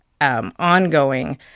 ongoing